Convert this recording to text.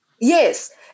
yes